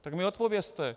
Tak mi odpovězte.